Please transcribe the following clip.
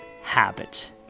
Habit